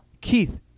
Keith